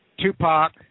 Tupac